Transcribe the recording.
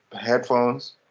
headphones